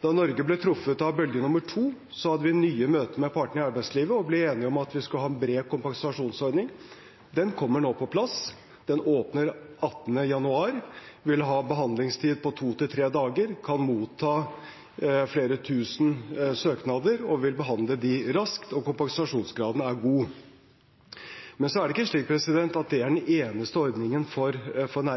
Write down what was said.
Da Norge ble truffet av bølge nummer to, hadde vi nye møter med partene i arbeidslivet og ble enige om at vi skulle ha en bred kompensasjonsordning. Den kommer nå på plass. Den åpner 18. januar, vil ha behandlingstid på to–tre dager, kan motta flere tusen søknader og vil behandle dem raskt, og kompensasjonsgraden er god. Men så er det ikke slik at det er den